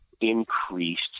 increased